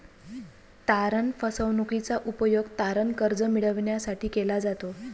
तारण फसवणूकीचा उपयोग तारण कर्ज मिळविण्यासाठी केला जातो